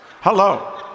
hello